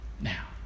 Now